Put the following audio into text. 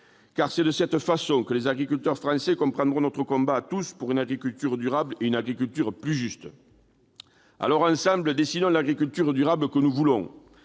Car c'est de cette façon que les agriculteurs français comprendront notre combat à tous pour une agriculture durable, une agriculture plus juste. Alors ensemble, dessinons l'agriculture durable que nous voulons.